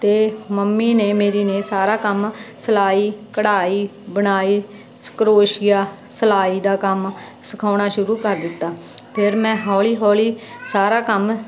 ਅਤੇ ਮੰਮੀ ਨੇ ਮੇਰੀ ਨੇ ਸਾਰਾ ਕੰਮ ਸਿਲਾਈ ਕਢਾਈ ਬੁਣਾਈ ਕਰੋਸ਼ੀਆ ਸਿਲਾਈ ਦਾ ਕੰਮ ਸਿਖਾਉਣਾ ਸ਼ੁਰੂ ਕਰ ਦਿੱਤਾ ਫਿਰ ਮੈਂ ਹੌਲੀ ਹੌਲੀ ਸਾਰਾ ਕੰਮ